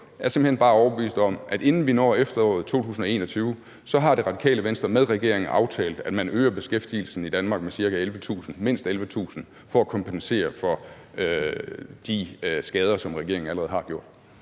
Venstre simpelt hen bare er overbevist om, at inden vi når efteråret 2021, så har Det Radikale Venstre med regeringen aftalt, at man øger beskæftigelsen i Danmark med mindst 11.000 for at kompensere for de skader, som regeringen allerede har